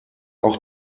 auch